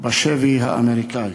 בשבי האמריקני.